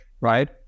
right